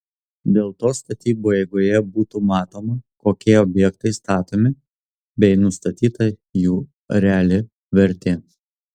dėl to statybų eigoje būtų matoma kokie objektai statomi bei nustatyta jų reali vertė